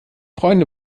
freunde